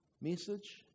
Message